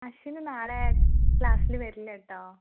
അശ്വിൻ നാളെ ക്ലാസ്സിൽ വരില്ല കേട്ടോ